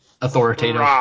authoritative